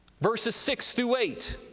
verses six through eight,